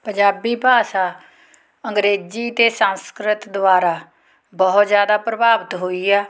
ਪੰਜਾਬੀ ਭਾਸ਼ਾ ਅੰਗਰੇਜ਼ੀ ਅਤੇ ਸੰਸਕ੍ਰਿਤ ਦੁਆਰਾ ਬਹੁਤ ਜ਼ਿਆਦਾ ਪ੍ਰਭਾਵਿਤ ਹੋਈ ਹੈ